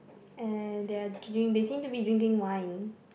and there they seem to be drinking wine